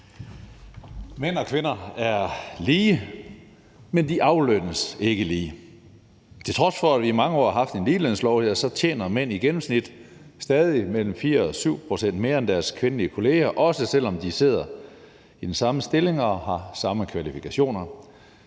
Mænd og kvinder er lige, men de aflønnes ikke lige. Til trods for at vi i mange år har haft en ligelønslov, tjener mænd i gennemsnit stadig mellem 4 og 7 pct. mere end deres kvindelige kolleger, også selv om de sidder i den samme stilling og har samme kvalifikationer,